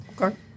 Okay